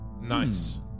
Nice